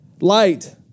light